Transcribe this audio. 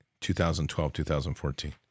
2012-2014